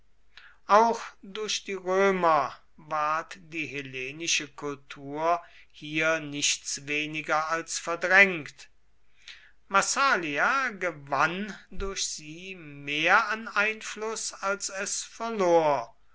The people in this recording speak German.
auch durch die römer ward die hellenische kultur hier nichts weniger als verdrängt massalia gewann durch sie mehr an einfluß als es verlor